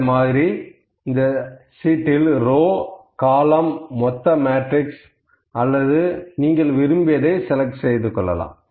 இதே மாதிரி இந்த சீட்டில் ரோ காலம்ன் மொத்த மேட்ரிக்ஸ் அல்லது நீங்கள் விரும்பியதை செலக்ட் செய்யலாம்